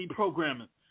programming